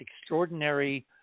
extraordinary